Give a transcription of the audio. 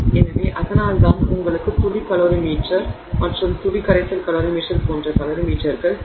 எனவே அதனால்தான் உங்களுக்கு துளி கலோரிமீட்டர் மற்றும் துளி கரைசல் கலோரிமீட்டர் போன்ற கலோரிமீட்டர்கள் தேவை